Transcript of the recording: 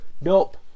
nope